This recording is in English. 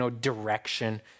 direction